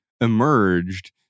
emerged